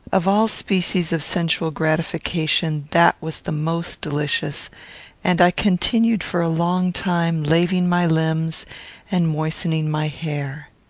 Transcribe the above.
of all species of sensual gratification, that was the most delicious and i continued for a long time laving my limbs and moistening my hair.